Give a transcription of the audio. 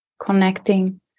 connecting